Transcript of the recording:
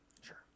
Sure